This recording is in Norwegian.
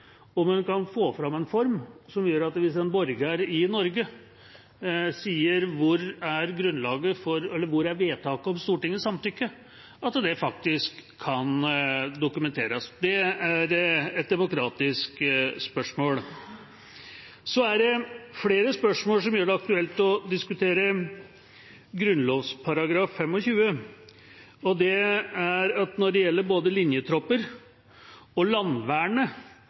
kan få fram en form som gjør at hvis en borger i Norge spør om hvor vedtaket om Stortingets samtykke er, så kan det faktisk dokumenteres. Det er et demokratisk spørsmål. Så er det flere spørsmål som gjør det aktuelt å diskutere Grunnloven § 25. Når det gjelder både «linjetroppene» og